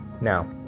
now